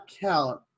count